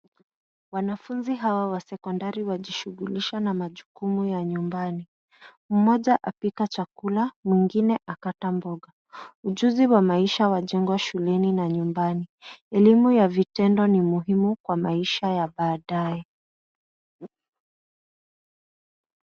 Wanafunzi hawa wa sekondari wanajishughulisha na majukumu ya nyumbani. Mmoja apika chakula, mwingine akata mboga. Ujuzi wa maisha wajengwa shuleni na nyumbani. Elimu ya vitendo ni muhimu kwa maisha ya baadaye.